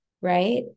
right